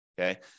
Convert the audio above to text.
okay